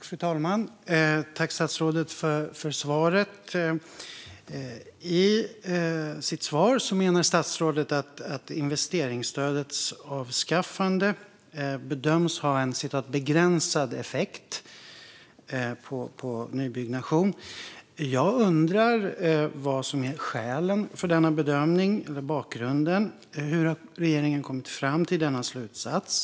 Fru talman! Jag tackar statsrådet för svaret. I sitt svar menar statsrådet att investeringsstödets avskaffande bedöms ha "en begränsad effekt" på nybyggnation. Jag undrar vad som är skälen och bakgrunden till denna bedömning. Hur har regeringen kommit fram till denna slutsats?